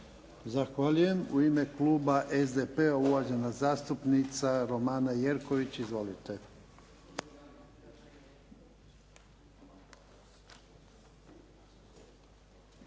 Zahvaljujem. U ime kluba SDP-a uvažena zastupnica Romana Jerković. Izvolite.